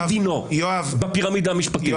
מה דינו בפירמידה המשפטית?